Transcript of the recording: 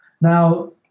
Now